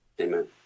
Amen